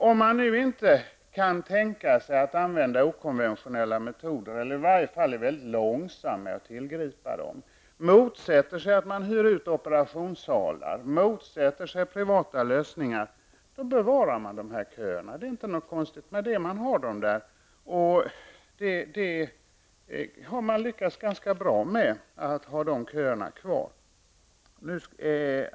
Om man nu inte kan tänka sig att använda okonventionella metoder eller i varje fall är väldigt långsam med att tillgripa dem, motsätter sig att man hyr ut operationssalar, motsätter sig privata lösningar, då bevarar man de här köerna. Det är inte något konstigt med det. Man har dem där, och man har lyckats ganska bra med att ha de köerna kvar.